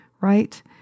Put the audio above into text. Right